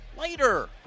Later